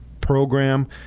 program